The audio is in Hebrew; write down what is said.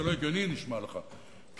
זה נשמע לך לא הגיוני,